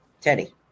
Teddy